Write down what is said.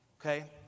okay